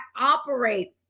operate